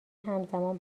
همزمان